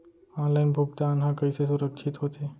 Online भुगतान हा कइसे सुरक्षित होथे?